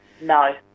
No